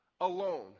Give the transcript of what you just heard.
alone